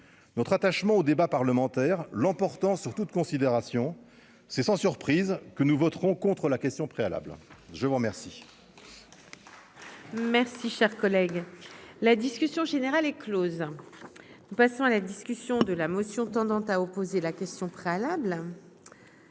notre attachement au débat parlementaire, l'emportant sur toute considération c'est sans surprise que nous voterons contre, la question préalable, je vous remercie. Si. Merci, cher collègue, la discussion générale est Close, nous passons à la discussion de la motion tendant à opposer la question préalable.